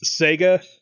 sega